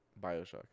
bioshock